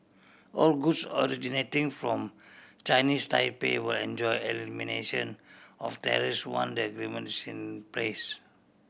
all goods originating from Chinese Taipei will enjoy elimination of tariffs once the agreement is in place